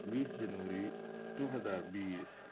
بیس جنوری دو ہزار بیس